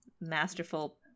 masterful